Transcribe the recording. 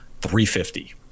$350